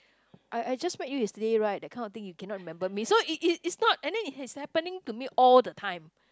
I I just met you yesterday right that kind of thing you cannot remember me so it it is not and then it is happening to me all the time